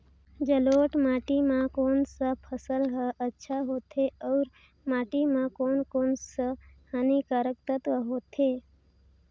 जलोढ़ माटी मां कोन सा फसल ह अच्छा होथे अउर माटी म कोन कोन स हानिकारक तत्व होथे?